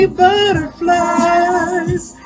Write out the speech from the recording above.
butterflies